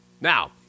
Now